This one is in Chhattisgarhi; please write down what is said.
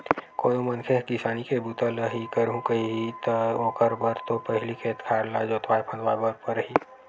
कोनो मनखे ह किसानी के बूता ल ही करहूं कइही ता ओखर बर तो पहिली खेत खार ल जोतवाय फंदवाय बर परही